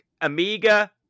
Amiga